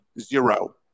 Zero